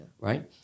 right